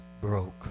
broke